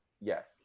Yes